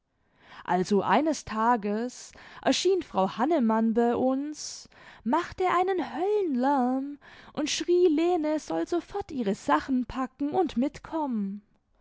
also eines tages erschien frau hannemann bei tms machte einen höllenlärm und schrie lene soll sofort ihre sachen packen und mitkommen